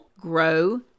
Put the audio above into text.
grow